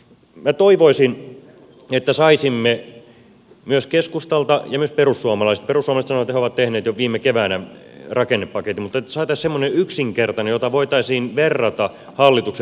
minä toivoisin että saisimme myös keskustalta ja myös perussuomalaisilta perussuomalaiset sanovat että he ovat tehneet jo viime keväänä rakennepaketin semmoisen yksinkertaisen paketin jota voitaisiin verrata hallituksen rakennepakettiin